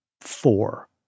four